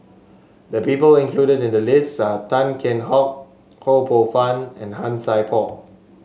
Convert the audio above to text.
the people included in the list are Tan Kheam Hock Ho Poh Fun and Han Sai Por